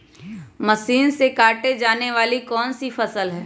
Machine से काटे जाने वाली कौन सी फसल है?